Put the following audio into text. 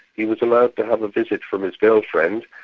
he was allowed to have a visit from his girlfriend,